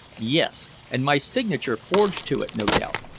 yes. and my signature forged to it, no doubt.